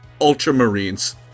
Ultramarines